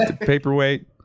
paperweight